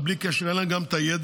אבל בלי קשר אין להם את גם הידע.